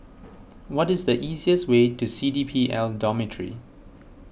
what is the easiest way to C D P L Dormitory